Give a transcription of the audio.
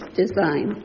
design